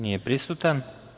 Nije prisutan.